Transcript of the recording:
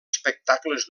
espectacles